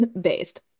based